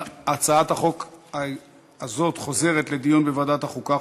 הצעת החוק הזאת חוזרת לדיון בוועדת החוקה,